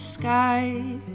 Sky